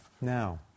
Now